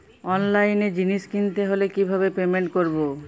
অনলাইনে জিনিস কিনতে হলে কিভাবে পেমেন্ট করবো?